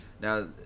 Now